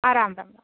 आ राम्राम्